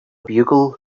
bugle